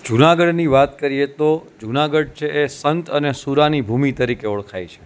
જુનાગઢની વાત કરીએ તો જુનાગઢ છે એ સંત અને શૂરાની ભૂમિ તરીકે ઓળખાય છે